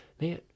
Man